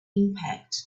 impact